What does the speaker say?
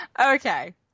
Okay